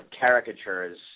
caricatures